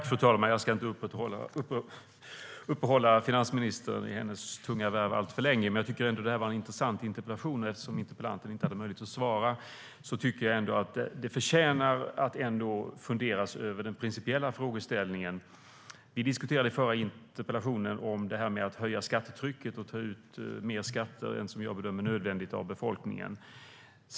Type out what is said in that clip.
Fru talman! Jag ska inte uppehålla finansministern i hennes tunga värv alltför länge, men jag tycker ändå att det här var en intressant interpellation. Interpellanten hade inte möjlighet att vara här, men jag tycker ändå att den principiella frågeställningen förtjänar en fundering. I den förra interpellationen diskuterade vi det här med att höja skattetrycket och ta ut mer skatter av befolkningen än vad som enligt min bedömning är nödvändigt.